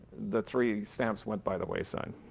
the three stamps went by the wayside.